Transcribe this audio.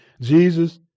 Jesus